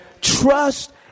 Trust